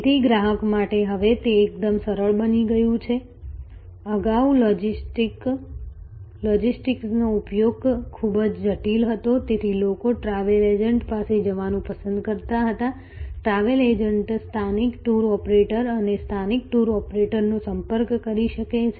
તેથી ગ્રાહક માટે હવે તે એકદમ સરળ બની ગયું છે અગાઉ લોજિસ્ટિક્સનો ઉપયોગ ખૂબ જ જટિલ હતો તેથી લોકો ટ્રાવેલ એજન્ટ પાસે જવાનું પસંદ કરતા હતા ટ્રાવેલ એજન્ટ સ્થાનિક ટૂર ઓપરેટરો અને સ્થાનિક ટૂર ઓપરેટરોનો સંપર્ક કરી શકે છે